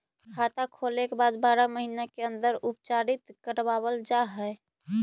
खाता खोले के बाद बारह महिने के अंदर उपचारित करवावल जा है?